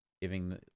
giving